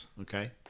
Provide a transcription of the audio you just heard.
Okay